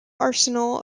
arsenal